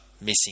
missing